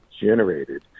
generated